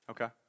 Okay